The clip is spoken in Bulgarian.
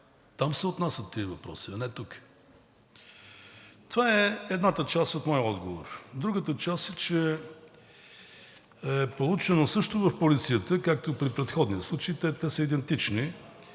се отнасят там, а не тук. Това е едната част от моя отговор. Другата част е, че е получен също в полицията, както и при предходния случай, те са идентични,